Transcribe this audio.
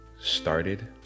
started